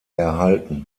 erhalten